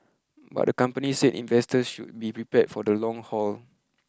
but the company said investors should be prepared for the long haul